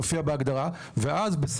ואז,